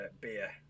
beer